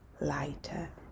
lighter